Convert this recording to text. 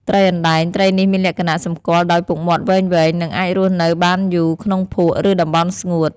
ត្រីអណ្ដែង ត្រីនេះមានលក្ខណៈសម្គាល់ដោយពុកមាត់វែងៗ និងអាចរស់នៅបានយូរក្នុងភក់ ឬតំបន់ស្ងួត។